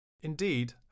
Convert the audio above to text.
Indeed